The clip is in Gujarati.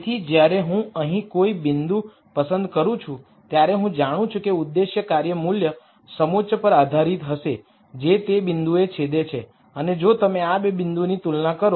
તેથી જ્યારે હું અહીં કોઈ બિંદુ પસંદ કરું છું ત્યારે હું જાણું છું કે ઉદ્દેશ્ય કાર્ય મૂલ્ય સમોચ્ચ પર આધારિત હશે જે તે બિંદુએ છેદે છે અને જો તમે આ ૨ બિંદુની તુલના કરો